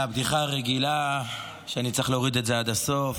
הבדיחה הרגילה, שאני צריך להוריד את זה עד הסוף.